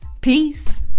Peace